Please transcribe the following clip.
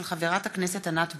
של חברת הכנסת ענת ברקו,